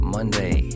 Monday